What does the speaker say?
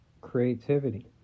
creativity